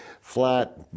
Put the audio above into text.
flat